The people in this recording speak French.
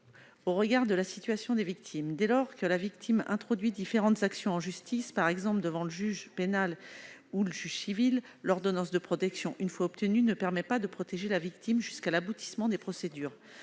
au regard de la situation de la victime. Dès lors que cette dernière introduit différentes actions en justice, par exemple devant le juge pénal ou le juge civil, l'ordonnance de protection, une fois obtenue, ne permet pas de la protéger jusqu'à l'aboutissement des procédures.